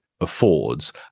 affords